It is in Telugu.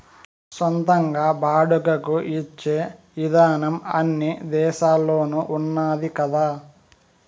సొంతంగా బాడుగకు ఇచ్చే ఇదానం అన్ని దేశాల్లోనూ ఉన్నాది కదా